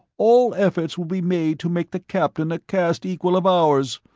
all efforts will be made to make the captain a caste equal of ours.